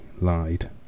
lied